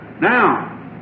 Now